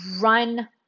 run